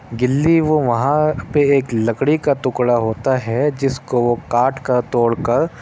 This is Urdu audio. گلی وہ وہاں پہ ایک لکڑی کا ٹکڑا ہوتا ہے جس کو وہ کاٹ کر توڑ کر